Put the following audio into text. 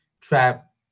trap